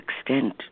extent